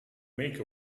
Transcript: make